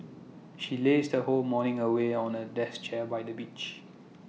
she lazed her whole morning away on A deck chair by the beach